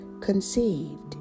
conceived